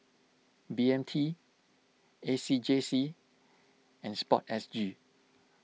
B M T A C J C and Sport S G